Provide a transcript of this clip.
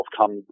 come